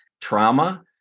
trauma